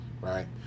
right